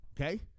Okay